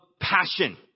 passion